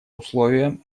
условием